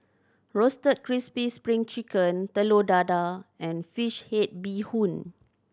Roasted Crispy Spring Chicken Telur Dadah and fish head bee hoon